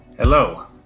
Hello